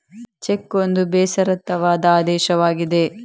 check ಒಂದು ಬೇಷರತ್ತಾದ ಆದೇಶವಾಗಿದೆ